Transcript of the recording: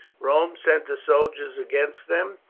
rome sent her soldiers against them,